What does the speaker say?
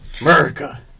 America